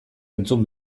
entzun